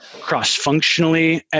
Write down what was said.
cross-functionally